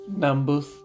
Numbers